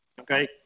okay